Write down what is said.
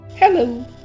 Hello